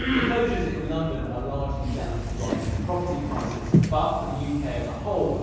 the closures in london are largely down to rising property prices, but for the u k. as a whole,